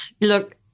Look